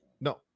No